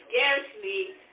scarcely